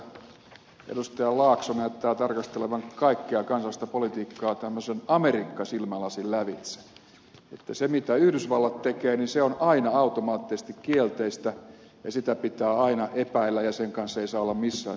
laakso näyttää tarkastelevan kaikkea kansallista politiikkaa tämmöisen amerikka silmälasin lävitse että se mitä yhdysvallat tekee se on aina automaattisesti kielteistä ja sitä pitää aina epäillä ja sen kanssa ei saa olla missään tekemisissä